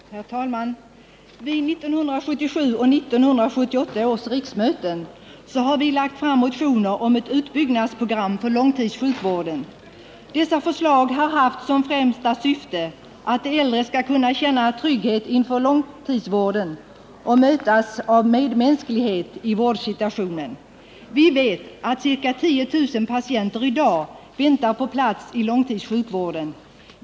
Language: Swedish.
Herr talman! Vid 1977 och 1978 års riksmöten har vi lagt fram motioner om ett utbyggnadsprogram för långtidssjukvården. Dessa förslag har haft som främsta syfte att de äldre skall kunna känna trygghet inför långtidsvården och mötas av medmänsklighet i vårdsituationen. Vi vet att ca 10 000 patienter i dag väntar på plats i långtidssjukvården.